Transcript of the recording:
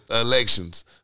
elections